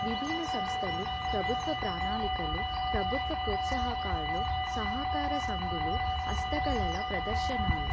విభిన్న సంస్థలు ప్రభుత్వ ప్రణాళికలు ప్రభుత్వ ప్రోత్సాహకలు సహకార సంఘాలు హస్తకళల ప్రదర్శనాలు